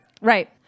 Right